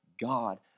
God